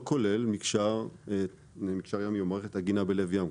בזה לא כולל מקשר ימי למערכת עגינה בלב ים.